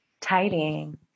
tidying